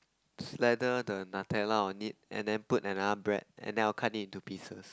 selected the Nutella on it and then put another bread and then I will cut it into pieces